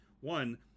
One